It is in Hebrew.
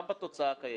גם בתוצאה הקיימת.